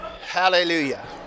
Hallelujah